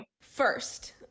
first